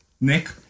Nick